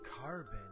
Carbon